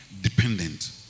dependent